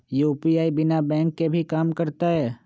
UPI बिना bank के भी कम करतै?